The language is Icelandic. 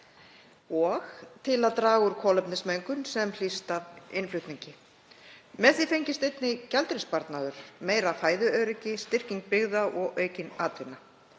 til að draga úr kolefnismengun sem hlýst af innflutningi. Með því fengist einnig gjaldeyrissparnaður, meira fæðuöryggi, styrking byggða og aukin atvinna.